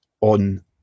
on